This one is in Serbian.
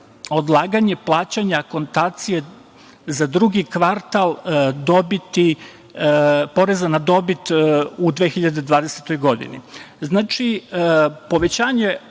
odlaganje plaćanja akontacije za drugi kvartal dobiti, poreza na dobit u 2020. godini. Znači, povećanje